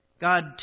God